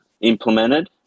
implemented